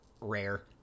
rare